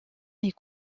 est